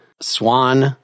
swan